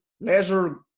leisure